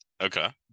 okay